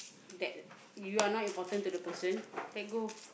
that you are not important to the person let go